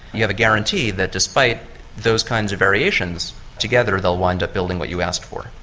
you have a guarantee that despite those kinds of variations together they will wind up building what you asked for,